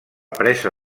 presa